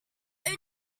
dear